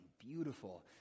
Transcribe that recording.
Beautiful